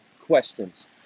questions